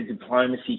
diplomacy